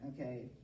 okay